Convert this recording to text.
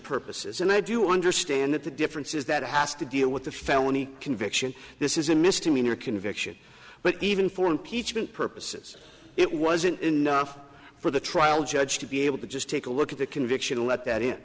purposes and i do understand that the difference is that it has to deal with the felony conviction this is a misdemeanor conviction but even for impeachment purposes it wasn't enough for the trial judge to be able to just take a look at the conviction and let that in